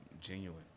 Genuine